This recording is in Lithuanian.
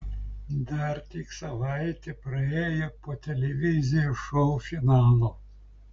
dar tik savaitė praėjo po televizijos šou finalo